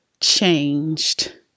changed